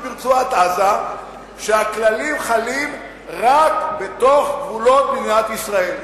ברצועת-עזה שהכללים חלים רק בתוך גבולות מדינת ישראל.